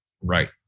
Right